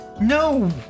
No